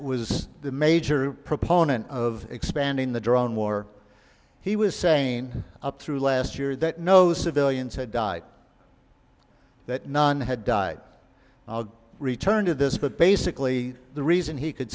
was the major proponent of expanding the drone war he was saying up through last year that no civilians had died that none had died i'll return to this but basically the reason he could